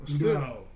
No